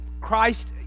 Christ